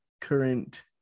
current